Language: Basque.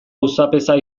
auzapeza